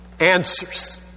answers